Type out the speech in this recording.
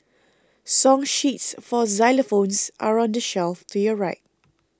song sheets for xylophones are on the shelf to your right